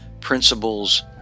principles